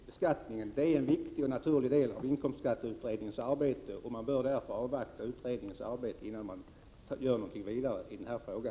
Herr talman! Eftersom frågan om bristande enhetlighet i beskattningen är en viktig och naturlig del av inkomstskatteutredningens arbete, bör man avvakta utredningens arbete innan man gör någonting vidare i denna fråga.